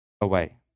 away